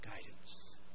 guidance